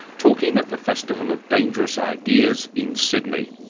talking at the festival of dangerous ideas in sydney.